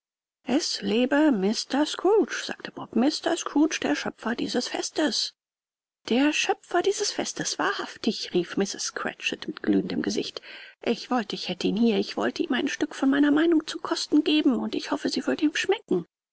es lebe mr scrooge sagte bob mr scrooge der schöpfer dieses festes der schöpfer dieses festes wahrhaftig rief mrs cratchit mit glühendem gesicht ich wollte ich hätte ihn hier ich wollte ihm ein stück von meiner meinung zu kosten geben und ich hoffe sie würde ihm schmecken